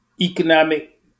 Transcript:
economic